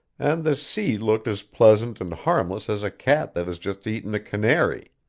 and the sea looked as pleasant and harmless as a cat that has just eaten a canary.